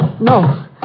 No